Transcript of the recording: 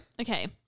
okay